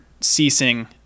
ceasing